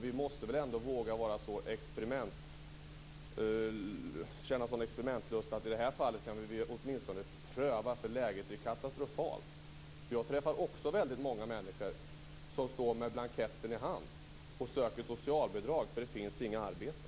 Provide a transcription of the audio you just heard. Vi måste väl ändå våga känna sådan experimentlusta att vi i det här fallet åtminstone prövar? Läget är ju katastrofalt. Jag träffar också väldigt många människor som står med blanketten i hand och söker socialbidrag eftersom det inte finns några arbeten.